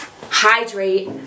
hydrate